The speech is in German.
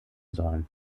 sollen